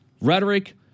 rhetoric